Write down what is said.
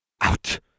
Out